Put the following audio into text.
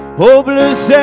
hopeless